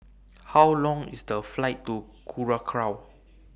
How Long IS The Flight to Curacao